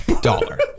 dollar